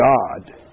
God